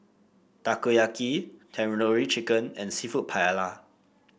Takoyaki Tandoori Chicken and seafood Paella